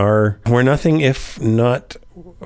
are for nothing if not